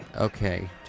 Okay